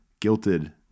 Guilted